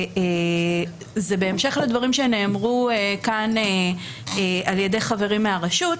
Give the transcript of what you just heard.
בהמשך לדברים שנאמרו כאן על ידי חברי מהרשות,